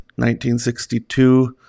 1962